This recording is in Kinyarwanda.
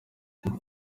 ati